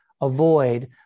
avoid